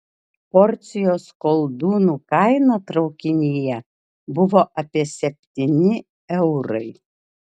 porcijos koldūnų kaina traukinyje buvo apie septyni eurai